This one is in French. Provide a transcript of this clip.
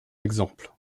exemples